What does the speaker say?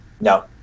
No